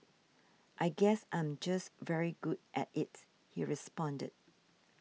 I guess I'm just very good at it he responded